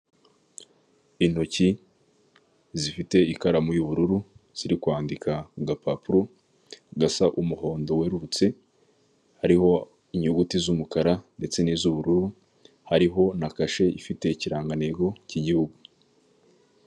Intoki zifite ikaramu y'ubururu ziri kwandika ku agapapuro gasa umuhondo werurutse, hariho inyuguti z’umukara ndetse n’izu’ubururu, hariho na kashe ifite ikirangantego cy'igihugu.